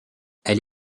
elle